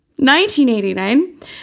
1989